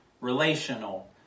Relational